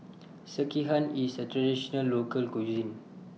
Sekihan IS A Traditional Local Cuisine